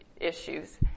issues